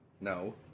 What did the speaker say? No